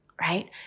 right